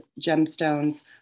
gemstones